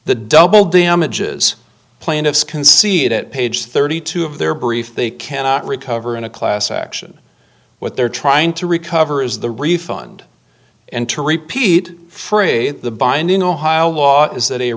the double damages plaintiffs can see it at page thirty two of their brief they cannot recover in a class action what they're trying to recover is the refund and to repeat for a binding ohio law is that a